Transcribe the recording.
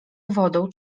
wodą